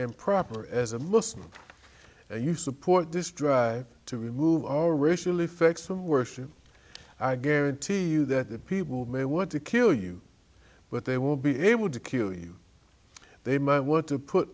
and proper as a muslim and you support this drive to remove all racial effects from worship i guarantee you that the people may want to kill you but they will be able to kill you they might want to put